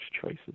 choices